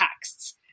texts